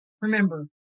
Remember